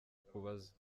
akubaza